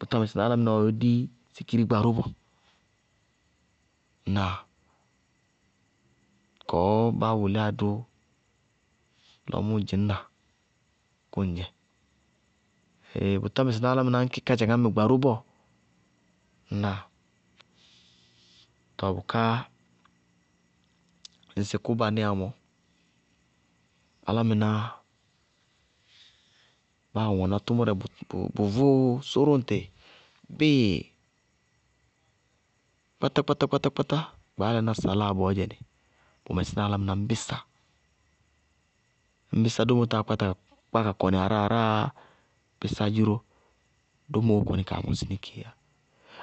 bʋtá mɛsɩná álámɩnáá yɛ ɔɔ dí sikiri gba ró bɔɔ. Ŋnáa? Kɔɔ bá wʋlíyá dʋ lɔ mʋ dzɩñna, kʋŋdzɛ. Ɛɛɛ bʋtá mɛsɩná álámɩnáá kɩ kádzaŋá mɛ gba ró bɔɔ. Ŋnáa? Ɛɛɛ bʋká ŋsɩ kʋ baníyá mɔɔ, álámɩnáá báa ɖ wɛná tʋmʋrɛ bʋ vʋʋ sʋrʋ ŋtɩ bíɩ kpátá kpátá kpátá gbaálaná saláa bɔɔdzɛnɩ, bʋ mɛsína álámɩná ñ bisá, ñ bisá dómo táa kpáta ka kɔnɩ ará-aráa bisá dziró, domoó kɔní kaa mɔsɩ ní kéé yá,